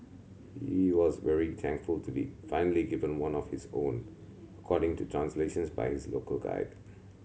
he was very thankful to be finally given one of his own according to translations by is local guide